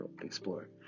explore